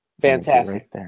Fantastic